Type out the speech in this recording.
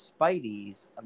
Spidey's